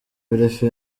perefe